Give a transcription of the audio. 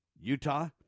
Utah